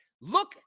look